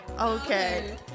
Okay